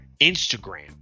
Instagram